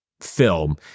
film